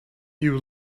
you